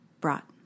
brought